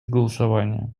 голосования